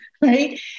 right